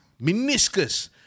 Meniscus